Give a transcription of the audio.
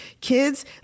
kids